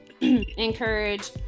encourage